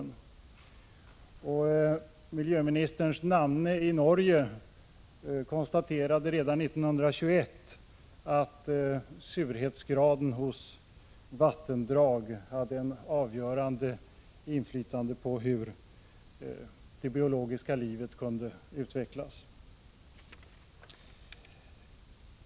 Miljöministerns namne i Norge konstaterade redan 1921 att surhetsgraden hos vattendrag hade ett avgörande inflytande på hur det biologiska livet kunde utvecklas.